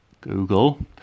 Google